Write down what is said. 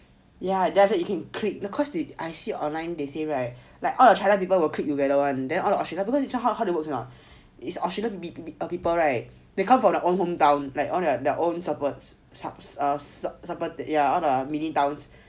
ya then after that you go and click cause I see online they say right like all of China people will click together [one] then all the Australia because you how it works lah or not is Australia people right they come from their own hometown like all their own suburbs ya all the mini towns